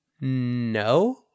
No